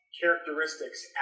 characteristics